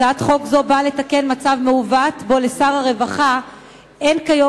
הצעת חוק זו באה לתקן מצב מעוות שבו לשר הרווחה אין כיום